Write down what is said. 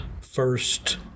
first